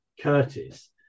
Curtis